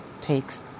takes